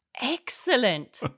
Excellent